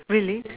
really